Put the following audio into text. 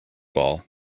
ball